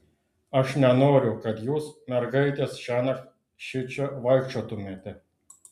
aš nenoriu kad jūs mergaitės šiąnakt šičia vaikščiotumėte